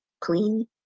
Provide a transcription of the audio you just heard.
clean